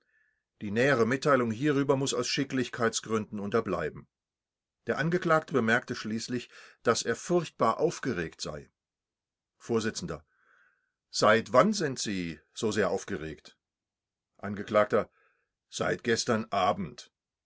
die nähere mitteilung hierüber muß aus schicklichkeitsgründen unterbleiben der angeklagte bemerkte schließlich daß er furchtbar aufgeregt sei vors seit wann sind sie so sehr aufgeregt angekl seit gestern abend